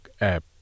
app